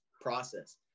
process